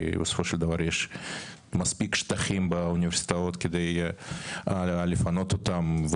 כי בסופו של דבר יש מספיק שטחים באוניברסיטאות כדי לפנות אותם,